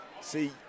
see –